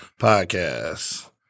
podcast